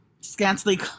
scantily